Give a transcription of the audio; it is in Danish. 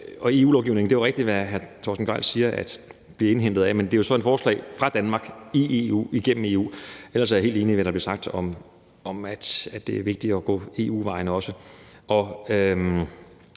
vi kan gå foran. Det er jo rigtigt, hvad hr. Torsten Gejl siger om at blive indhentet af EU-lovgivningen, men det er jo et forslag fra Danmark igennem EU. Ellers er jeg helt enig i, hvad der blev sagt om, at det er vigtigt også at gå ad EU-vejen.